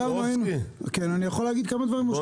אני יכול להגיד כמה דברים?